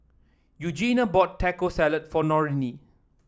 Eugenia bought Taco Salad for Norene